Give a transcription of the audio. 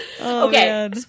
Okay